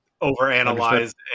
overanalyze